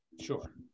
Sure